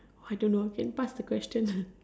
I don't know can pass the question